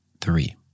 three